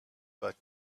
but